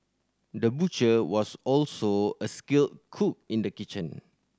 the butcher was also a skilled cook in the kitchen